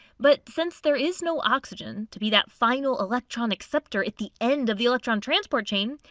but since there is no oxygen to be that final electron acceptor at the end of the electron transport chain,